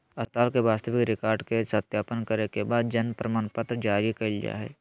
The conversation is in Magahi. अस्पताल के वास्तविक रिकार्ड के सत्यापन करे के बाद जन्म प्रमाणपत्र जारी कइल जा हइ